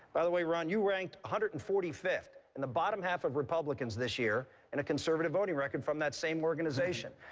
by the way, ron, you ranked one hundred and forty fifth in the bottom half of republicans this year in a conservative voting record from that same organization.